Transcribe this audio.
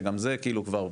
שגם זה כאילו כבר,